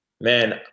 man